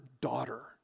daughter